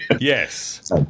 Yes